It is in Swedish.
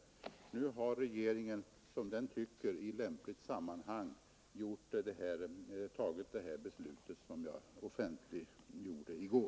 Nu har regeringen i som den tycker lämpligt sammanhang fattat det beslut som jag offentliggjorde i går.